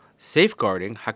Safeguarding